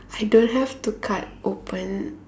I don't have to cut open